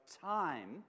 time